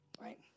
Right